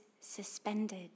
suspended